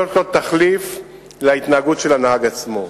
להיות תחליף להתנהגות של הנהג עצמו.